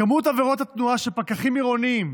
כמות עבירות התנועה שפקחים עירוניים,